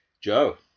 Joe